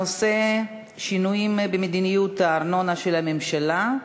הנושא: שינויים במדיניות הארנונה של הממשלה.